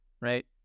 right